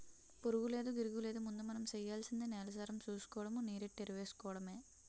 పురుగూలేదు, గిరుగూలేదు ముందు మనం సెయ్యాల్సింది నేలసారం సూసుకోడము, నీరెట్టి ఎరువేసుకోడమే